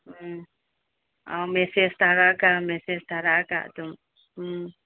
ꯎꯝ ꯑꯥ ꯃꯦꯁꯦꯁ ꯊꯥꯔꯛꯂꯒ ꯑꯗꯨꯝ ꯎꯝ